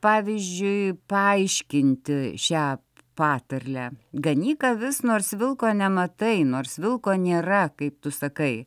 pavyzdžiui paaiškinti šią patarlę ganyk avis nors vilko nematai nors vilko nėra kaip tu sakai